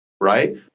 right